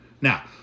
Now